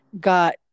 got